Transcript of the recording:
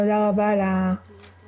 תודה רבה על ההזדמנות.